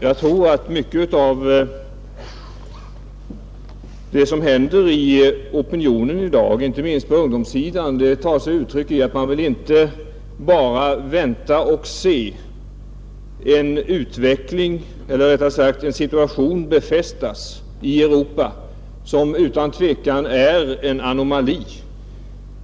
Jag tror att mycket av det som händer i opinionen i dag, inte minst på ungdomssidan, tar sig uttryck i att man inte bara vill vänta och se en situation befästas i Europa som utan tvekan är en anomali.